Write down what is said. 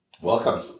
Welcome